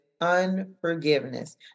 unforgiveness